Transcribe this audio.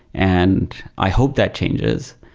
and i hope that changes,